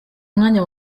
umwanya